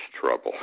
trouble